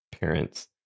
parents